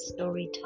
storytime